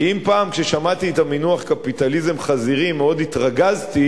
אם פעם כששמעתי את המינוח קפיטליזם חזירי מאוד התרגזתי,